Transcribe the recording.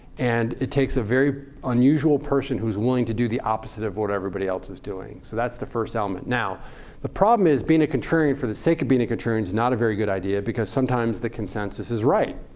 and it takes a very unusual person who's willing to do the opposite of what everybody else is doing. so that's the first element. the problem is being a contrarian for the sake of being a contrarian is not a very good idea because sometimes the consensus is right.